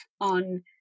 on